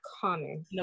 common